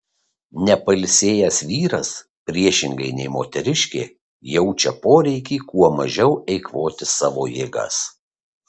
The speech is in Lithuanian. nepailsėjęs vyras priešingai nei moteriškė jaučia poreikį kuo mažiau eikvoti savo jėgas